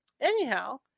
Anyhow